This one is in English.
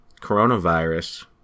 coronavirus